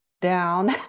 down